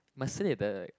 must say that like